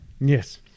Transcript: Yes